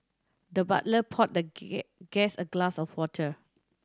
the butler poured the guest a glass of water